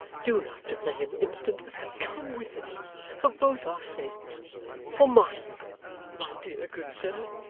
do not delay an instant, but come with me for both our sakes for mine my dear good sir